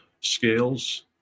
scales